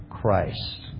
Christ